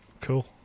Cool